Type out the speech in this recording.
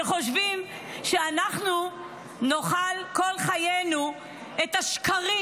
שחושבים שאנחנו נאכל כל חיינו את השקרים,